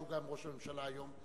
שהוא גם ראש הממשלה היום,